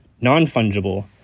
Non-fungible